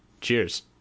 Cheers